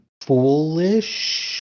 foolish